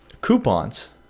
coupons